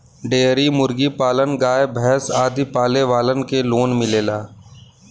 dairy मुर्गी पालन गाय भैस आदि पाले वालन के लोन मिलेला